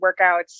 workouts